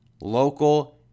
local